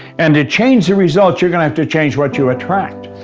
and to change the results, you're going to have to change what you attract.